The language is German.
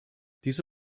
diese